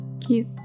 Cute